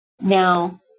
Now